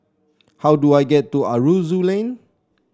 how do I get to Aroozoo Lane